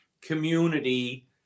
community